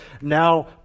now